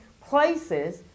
places